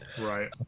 Right